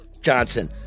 Johnson